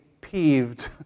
peeved